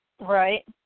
Right